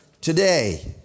today